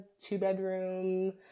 two-bedroom